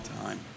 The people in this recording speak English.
time